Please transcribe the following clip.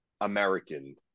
American